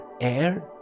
air